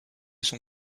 son